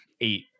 eight